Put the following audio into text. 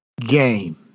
game